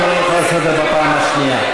אני קורא אותך לסדר בפעם השנייה.